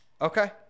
Okay